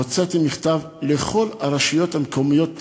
הוצאתי מכתב לכל הרשויות המקומיות,